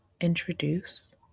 introduce